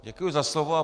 Děkuji za slovo.